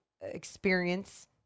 experience